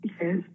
yes